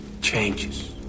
changes